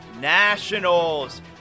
Nationals